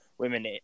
Women